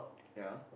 ya